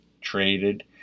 traded